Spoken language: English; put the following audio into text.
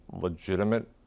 legitimate